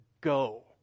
go